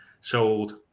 sold